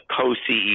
co-CEO